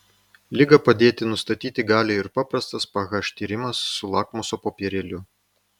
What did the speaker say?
ligą padėti nustatyti gali ir paprastas ph tyrimas su lakmuso popierėliu